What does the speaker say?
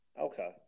Okay